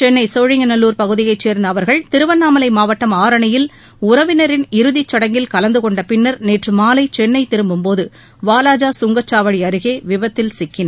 சென்ளை சோழிங்கநல்லூர் பகுதியைச் சேர்ந்த அவர்கள் திருவண்ணாமலை மாவட்டம் ஆரணியில் உறவினரின் இறுதிச்சடங்கில் கலந்து கொண்டபின்னர் நேற்று மாலை சென்னை திரும்பும்போது வாலாஜா சுங்கச்சாவடி அருகே விபத்தில் சிக்கனர்